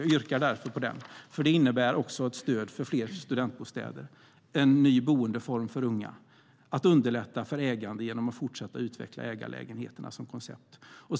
Jag yrkar därför bifall till den. Det innebär också ett stöd för fler studentbostäder, en ny boendeform för unga och att underlätta för ägande genom att fortsätta att utveckla ägarlägenheterna som koncept.